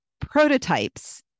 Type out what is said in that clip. prototypes